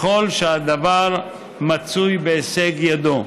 ככל שהדבר מצוי בהישג ידו".